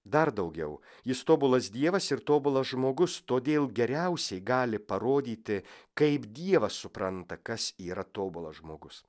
dar daugiau jis tobulas dievas ir tobulas žmogus todėl geriausiai gali parodyti kaip dievas supranta kas yra tobulas žmogus